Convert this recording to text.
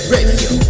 Radio